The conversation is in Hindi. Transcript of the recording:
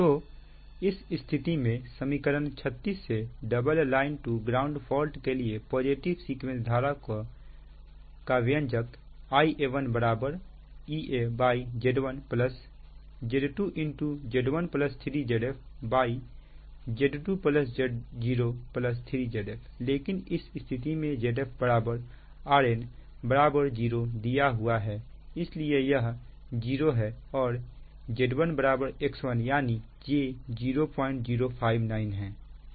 तो इस स्थिति में समीकरण 36 से double line to ground fault के लिए पॉजिटिव सीक्वेंस धारा का व्यंजक Ia1 EaZ1Z2Z03ZfZ2Z03Zf लेकिन इस स्थिति में Zf Rn 0 दिया हुआ है इसलिए यह 0 है और Z1 X1 यानी j0045 है